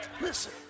listen